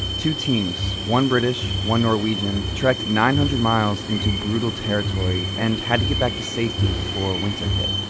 two teams, one british, one norwegian, trekked nine hundred miles into brutal territory and had to get back to safety before winter hit.